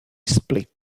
split